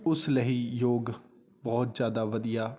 ਉਸ ਲਈ ਯੋਗ ਬਹੁਤ ਜ਼ਿਆਦਾ ਵਧੀਆ